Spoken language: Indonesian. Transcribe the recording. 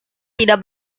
tidak